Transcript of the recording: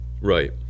Right